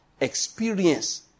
experience